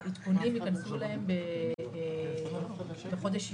את העדכונים הם יקבלו בחודש יוני.